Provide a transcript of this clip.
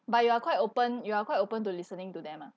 but you are quite open you are quite open to listening to them ah